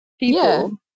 People